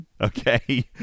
Okay